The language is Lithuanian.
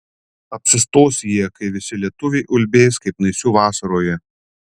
apsistos jie kai visi lietuviai ulbės kaip naisių vasaroje